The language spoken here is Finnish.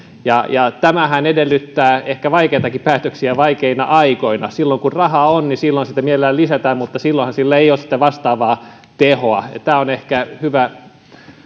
tämähän edellyttää ehkä vaikeitakin päätöksiä vaikeina aikoina silloin kun rahaa on niin silloin sitä mielellään lisätään mutta silloinhan sillä ei ole sitä vastaavaa tehoa tämä on ehkä hyvä